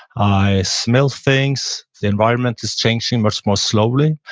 i smell things, the environment is changing much more slowly,